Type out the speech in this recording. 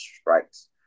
strikes